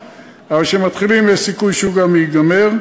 אבל כשמתחילים יש סיכוי שהוא גם ייגמר.